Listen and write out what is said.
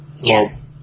Yes